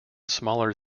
smaller